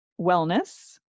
wellness